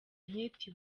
anketi